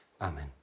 Amen